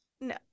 no